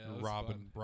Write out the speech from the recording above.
Robin